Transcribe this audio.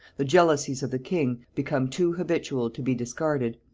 the jealousies of the king, become too habitual to be discarded,